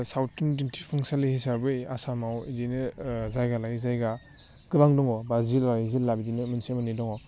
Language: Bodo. सावथुन दिन्थिफुंसालि हिसाबै आसामाव बिदिनो जायगा लायै जायगा गोबां दङ बा जिल्ला लायै जिल्ला बिदिनो मोनसे मोननै दङ